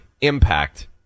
impact